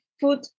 food